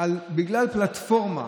בגלל פלטפורמה.